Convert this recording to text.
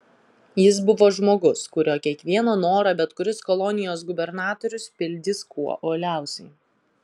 jis buvo žmogus kurio kiekvieną norą bet kuris kolonijos gubernatorius pildys kuo uoliausiai